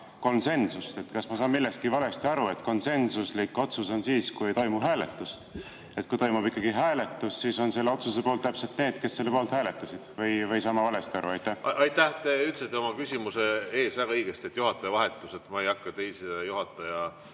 konsensust. Kas ma saan millestki valesti aru? Konsensuslik otsus on siis, kui ei toimu hääletust, aga kui toimub ikkagi hääletus, siis on selle otsuse poolt täpselt need, kes selle poolt hääletasid. Või saan ma valesti aru? Aitäh! Te ütlesite oma küsimuse alguses väga õigesti, et juhataja vahetus. Ma ei hakka teise juhataja